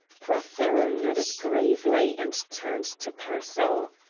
prothero nodded gravely, and turned to pearsall.